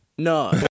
No